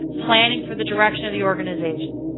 planning for the direction of the organization.